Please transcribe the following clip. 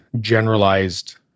generalized